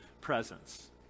presence